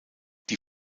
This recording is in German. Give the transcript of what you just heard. die